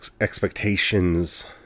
expectations